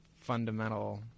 fundamental